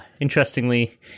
Interestingly